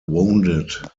wounded